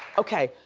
okay.